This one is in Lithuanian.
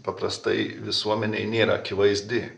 paprastai visuomenėj nėra akivaizdi